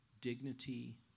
dignity